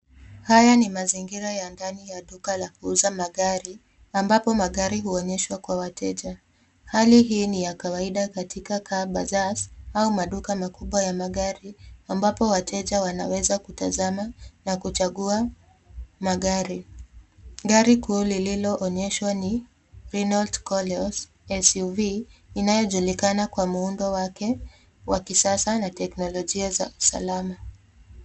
Haya ni mazingira ya ndani ya duka la kuuza magari, ambapo magari huonyeshwa kwa wateja. Hali hii ni ya kawaida katika car bazaars au maduka makubwa ya magari ambapo wateja wanaweza kutazama na kuchagua magari. Gari kuu lililoonyeshwa ni lynotcolio suv inayojulikana kwa muundo wake wa kisasa na teknolojia za usalama.